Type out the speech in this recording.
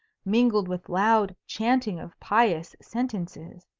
mingled with loud chanting of pious sentences.